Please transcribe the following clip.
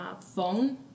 phone